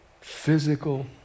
physical